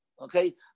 Okay